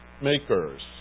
makers